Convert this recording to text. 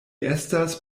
estas